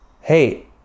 hey